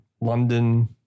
London